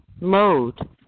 mode